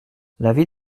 l’avis